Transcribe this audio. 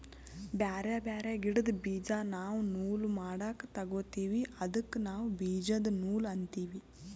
ಬ್ಯಾರೆ ಬ್ಯಾರೆ ಗಿಡ್ದ್ ಬೀಜಾ ನಾವ್ ನೂಲ್ ಮಾಡಕ್ ತೊಗೋತೀವಿ ಅದಕ್ಕ ನಾವ್ ಬೀಜದ ನೂಲ್ ಅಂತೀವಿ